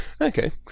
Okay